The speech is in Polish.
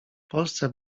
polsce